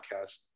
podcast